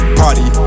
party